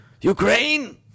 Ukraine